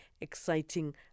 exciting